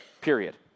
period